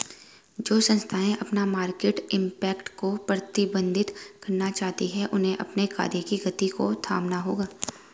जो संस्थाएं अपना मार्केट इम्पैक्ट को प्रबंधित करना चाहती हैं उन्हें अपने कार्य की गति को थामना होगा